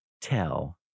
tell